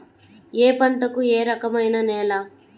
ఏ పంటకు ఏ రకమైన నేల?